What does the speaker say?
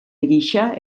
gisa